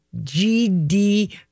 GD